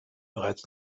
bereits